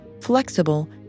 flexible